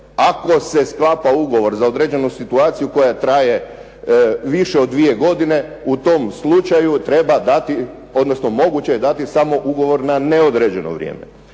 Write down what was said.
ako se sklapa ugovor za određenu situaciju koja traje više od dvije godine u tom slučaju moguće je dati samo ugovor na neodređeno vrijeme.